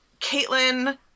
Caitlin